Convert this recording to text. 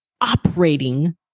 operating